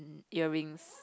earrings